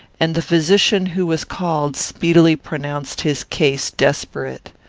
and the physician who was called speedily pronounced his case desperate.